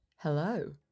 Hello